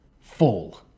full